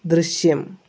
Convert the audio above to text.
ദൃശ്യം